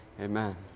Amen